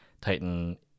Titan